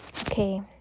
Okay